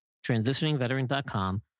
transitioningveteran.com